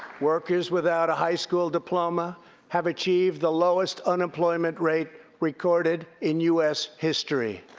workers without a high school diploma have achieved the lowest unemployment rate recorded in u s. history.